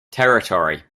territory